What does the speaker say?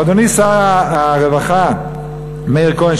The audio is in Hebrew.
ואדוני שר הרווחה מאיר כהן,